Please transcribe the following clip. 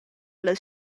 las